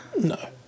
No